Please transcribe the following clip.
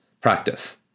practice